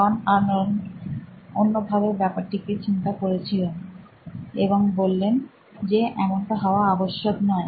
জন Arnold অন্যভাবে ব্যাপারটিকে চিন্তা করলেন এবং বললেন যে এমনটা হওয়া আবশ্যক নয়